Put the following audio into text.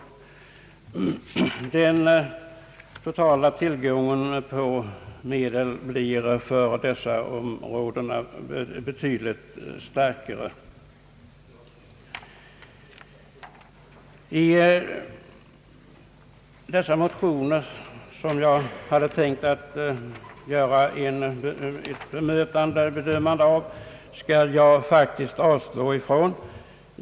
Den totala tillgången på medel blir för dessa områden betydligt större. Från början hade jag tänkt göra ett bedömande av motionerna, men det skall jag faktiskt avstå från.